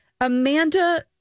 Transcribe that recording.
Amanda